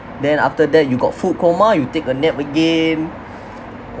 then after that you got food coma you take a nap again